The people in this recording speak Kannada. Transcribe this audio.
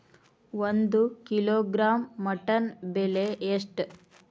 ಒಂದು ಕಿಲೋಗ್ರಾಂ ಮಟನ್ ಬೆಲೆ ಎಷ್ಟ್?